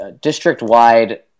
district-wide